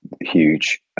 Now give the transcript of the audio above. huge